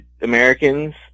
Americans